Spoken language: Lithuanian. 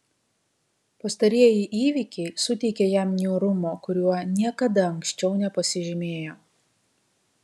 pastarieji įvykiai suteikė jam niūrumo kuriuo niekada anksčiau nepasižymėjo